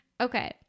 Okay